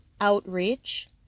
outreach